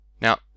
Now